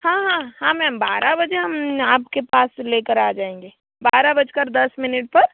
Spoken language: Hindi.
हाँ हाँ हाँ मैम बारह बजे हम आपके पास ले कर आ जाएंगे बारह बज कर दस मिनट पर